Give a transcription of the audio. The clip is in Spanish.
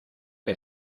que